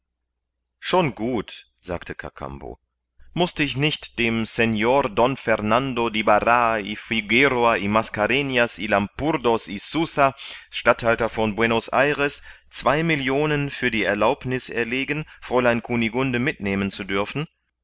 schon gut sagte kakambo mußte ich nicht dem seor don fernando d'ibaraa y figueroa y mascarenhas y lampurdos y suza statthalter von buenos ayres zwei millionen für die erlaubniß erlegen fräulein kunigunde mitnehmen zu dürfen